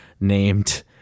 named